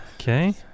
Okay